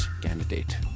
candidate